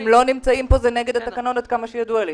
הם לא נמצאים וזה נגד התקנון, עד כמה שידוע לי.